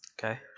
Okay